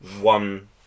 one